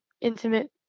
intimate